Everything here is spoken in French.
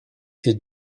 est